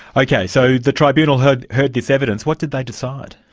okay, so the tribunal heard heard this evidence. what did they decide?